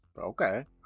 Okay